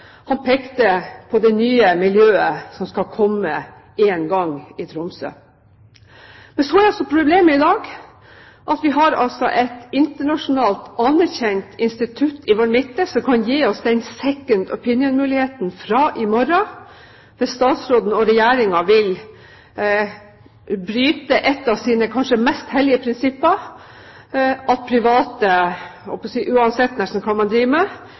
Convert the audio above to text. Han pekte på det nye miljøet som skal komme en gang i Tromsø. Så er altså problemet i dag at vi har et internasjonalt anerkjent institutt i vår midte som kan gi oss den «second opinion»-muligheten fra i morgen, hvis statsråden og Regjeringen vil bryte et av sine kanskje mest hellige prinsipper: at private, nesten uansett hva de driver med, er noe forferdelig og ikke til å stole på, til tross for at man